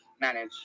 manage